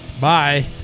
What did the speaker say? bye